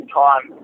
time